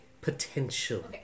potential